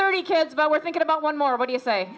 thirty kids but we're thinking about one more what do you say